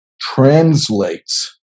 translates